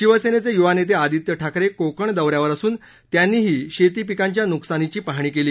शिवसेनेचे यूवा नेते अदित्य ठाकरे कोकण दौ यावर असून त्यांनीही शेती पिकांच्या नुकसानीची पाहणी केली